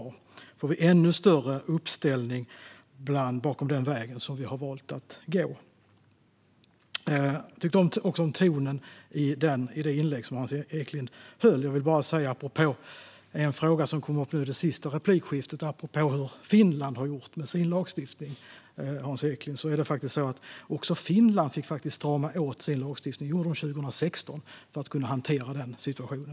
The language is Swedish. Det innebär att vi får en ännu större uppslutning bakom den väg vi har valt att gå. Jag tyckte också om tonen i det inlägg som Hans Eklind gjorde. Apropå frågan hur Finland har gjort med sin lagstiftning, vilket kom upp i det senaste replikskiftet, är det faktiskt så att även Finland fick strama åt sin lagstiftning för att kunna hantera situationen. Det gjorde man 2016.